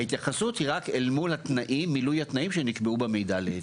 ההתייחסות היא רק אל מול מילוי התנאים שנקבעו במידע להיתר.